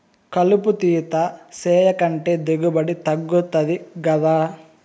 కలుపు తీత సేయకంటే దిగుబడి తగ్గుతది గదా